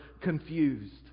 confused